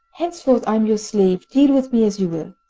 henceforth i am your slave. deal with me as you will!